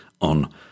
on